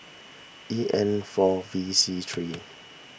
E N four V C three